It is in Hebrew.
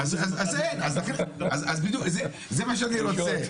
זה מה שאני רוצה.